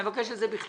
אני מבקש את זה בכתב.